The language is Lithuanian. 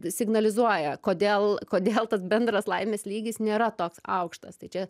signalizuoja kodėl kodėl tas bendras laimės lygis nėra toks aukštas tai čia